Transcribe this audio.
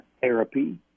therapy